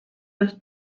los